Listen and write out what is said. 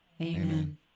Amen